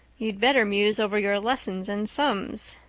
you'd better muse over your lessons and sums,